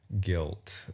guilt